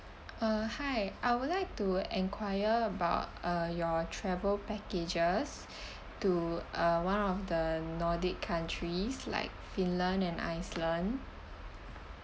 uh hi I would like to enquire about uh your travel packages to uh one of the nordic countries like finland and iceland